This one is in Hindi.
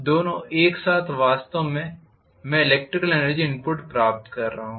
दोनों एक साथ वास्तव में मैं इलेक्ट्रिकल एनर्जी इनपुट प्राप्त कर रहा हूं